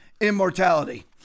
immortality